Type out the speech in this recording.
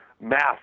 math